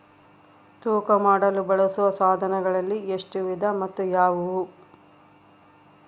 ತೂಕ ಮಾಡಲು ಬಳಸುವ ಸಾಧನಗಳಲ್ಲಿ ಎಷ್ಟು ವಿಧ ಮತ್ತು ಯಾವುವು?